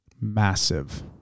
massive